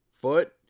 foot